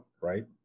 right